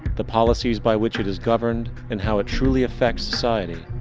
the policies by which it is governed, and how it truly affects society,